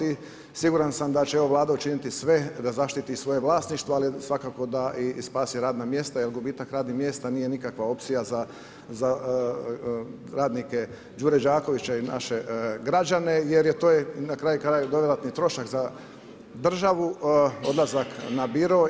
I siguran sam da će ova Vlada učiniti sve da zaštiti svoje vlasništvo, ali svako da i spasi radna mjesta jer gubitak radnih mjesta nije nikakva opcija za radnike Đure Đakovića i naše građane jer to je na kraju krajeva dodatni trošak za državu, odlazak na biro.